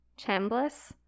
Chambliss